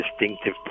distinctive